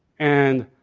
and